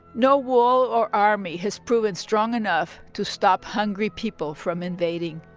no wall or army has proven strong enough to stop hungry people from invading.